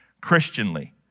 Christianly